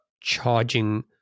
charging